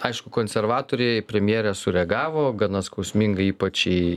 aišku konservatoriai premjerė sureagavo gana skausmingai ypač į